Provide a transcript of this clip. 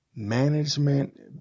management